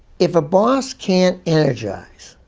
if a boss can't energize,